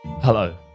Hello